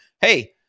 hey